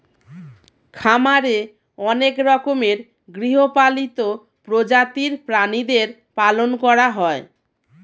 খামারে অনেক রকমের গৃহপালিত প্রজাতির প্রাণীদের পালন করা হয়